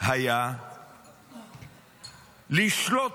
היה לשלוט